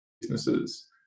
businesses